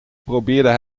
probeerde